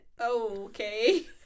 Okay